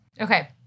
Okay